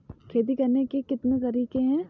खेती करने के कितने तरीके हैं?